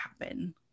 happen